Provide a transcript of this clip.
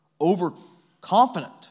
overconfident